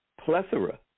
plethora